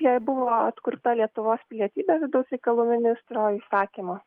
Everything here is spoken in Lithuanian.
jei buvo atkurta lietuvos pilietybė vidaus reikalų ministro įsakymu